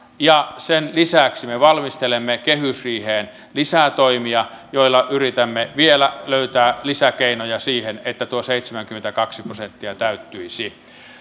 ja sen lisäksi me valmistelemme kehysriiheen lisätoimia joilla yritämme vielä löytää lisäkeinoja siihen että tuo seitsemänkymmentäkaksi prosenttia täyttyisi